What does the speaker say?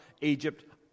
Egypt